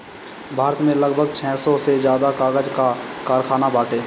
भारत में लगभग छह सौ से ज्यादा कागज कअ कारखाना बाटे